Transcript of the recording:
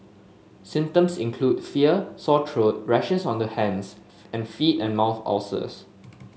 symptoms include fever sore throat rashes on the hands and feet and mouth ulcers